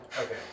Okay